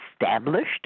established